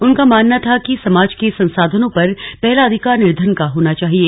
उनका मानना था कि समाज के संसाधनों पर पहला अधिकार निर्धन का होना चाहिए